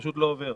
זה פשוט לא עובר.